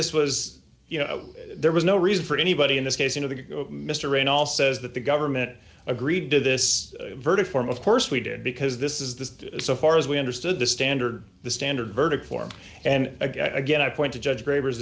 this was you know there was no reason for anybody in this case you know the mystery in all says that the government agreed to this verdict form of course we did because this is the so far as we understood the standard the standard verdict form and again i point to judge